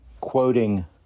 quoting